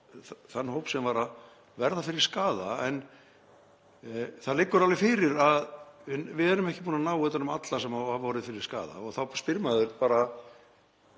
þann hóp sem var að verða fyrir skaða. Þó liggur alveg fyrir að við erum ekki búin að ná utan um alla sem hafa orðið fyrir skaða og þá spyr maður: